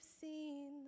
seen